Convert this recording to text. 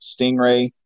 stingray